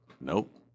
nope